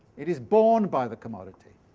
it is borne by the commodity.